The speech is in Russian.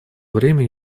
время